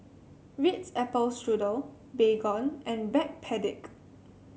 Ritz Apple Strudel Baygon and Backpedic